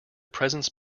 presents